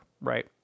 right